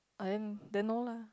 ah then then no [la]